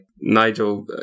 Nigel